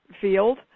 field